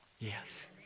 Yes